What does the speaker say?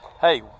hey